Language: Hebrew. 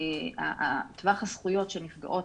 טווח הזכויות של נפגעות,